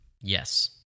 Yes